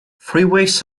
freeways